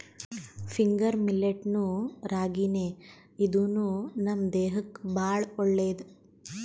finger millet ನು ರಾಗಿನೇ ಇದೂನು ನಮ್ ದೇಹಕ್ಕ್ ಭಾಳ್ ಒಳ್ಳೇದ್